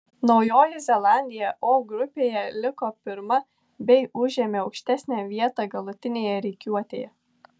naujoji zelandija o grupėje liko pirma bei užėmė aukštesnę vietą galutinėje rikiuotėje